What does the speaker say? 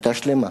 היתה שלמה.